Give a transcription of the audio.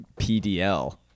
PDL